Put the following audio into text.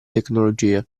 tecnologie